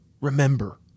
Remember